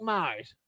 Mars